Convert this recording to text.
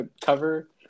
cover